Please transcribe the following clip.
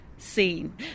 scene